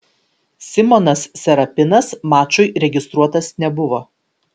simonas serapinas mačui registruotas nebuvo